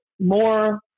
more